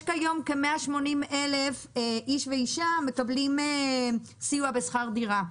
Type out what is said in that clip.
יש כיום כ-180,000 איש ואישה שמקבלים סיוע בשכר דירה.